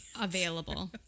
Available